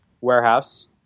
warehouse